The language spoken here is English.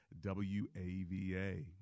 WAVA